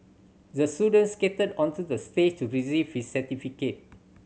the student skated onto the stage to receive his certificate